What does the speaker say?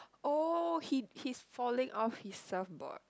oh he he's falling off his surf board